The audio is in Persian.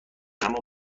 همان